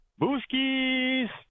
Booskies